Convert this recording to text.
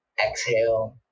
exhale